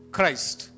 Christ।